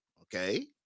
Okay